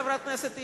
חברת הכנסת איציק,